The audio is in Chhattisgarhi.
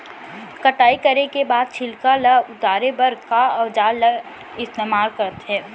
कटाई करे के बाद छिलका ल उतारे बर का औजार ल इस्तेमाल करथे?